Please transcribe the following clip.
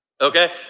okay